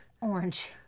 Orange